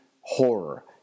horror